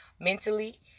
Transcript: mentally